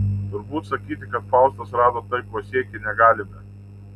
turbūt sakyti kad faustas rado tai ko siekė negalime